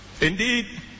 Indeed